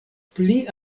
pli